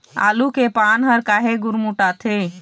आलू के पान हर काहे गुरमुटाथे?